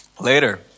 Later